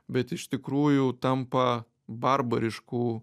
bet iš tikrųjų tampa barbariškų